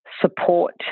support